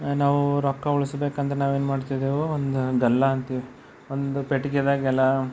ನಾವು ರೊಕ್ಕ ಉಳ್ಸ್ಬೇಕಂದ್ರೆ ನಾವೇನು ಮಾಡ್ತಿದ್ದೆವು ಒಂದು ಗಲ್ಲಾ ಅಂತೀವಿ ಒಂದು ಪೆಟ್ಟಿಗೆದಾಗ ಎಲ್ಲ